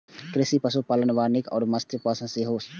कृषि सं पशुपालन, वानिकी आ मत्स्यपालन सेहो जुड़ल छै